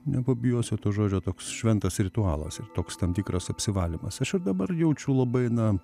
nepabijosiu to žodžio toks šventas ritualas ir toks tam tikras apsivalymas aš ir dabar jaučiu labai na